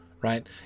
right